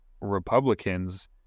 Republicans